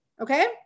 Okay